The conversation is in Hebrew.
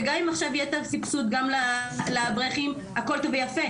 וגם אם עכשיו יהיה סבסוד גם לאברכים הכול טוב ויפה,